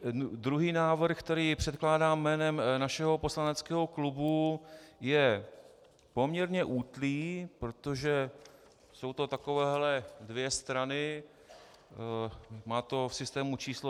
Ten druhý návrh, který předkládám jménem našeho poslaneckého klubu, je poměrně útlý, protože jsou to takovéhle dvě strany , má to v systému číslo 3299.